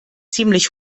ziemlich